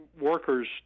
workers